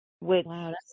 wow